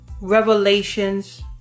Revelations